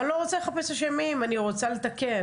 אבל אני לא רוצה לחפש אשמים, אני רוצה לתקן,